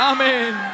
Amen